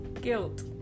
guilt